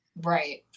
right